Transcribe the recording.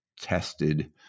tested